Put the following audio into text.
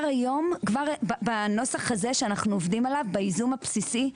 אגב, זה נכון כבר היום להקמת הרשאה בבנקאות פתוחה.